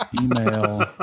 Email